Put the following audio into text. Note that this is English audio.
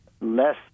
less